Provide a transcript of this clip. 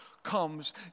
Comes